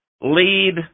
lead